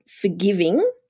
forgiving